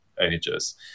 ages